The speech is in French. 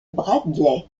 bradley